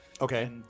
okay